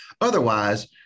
Otherwise